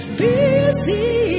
busy